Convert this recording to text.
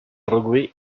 rugby